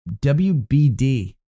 WBD